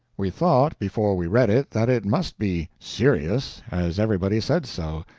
we thought before we read it that it must be serious, as everybody said so,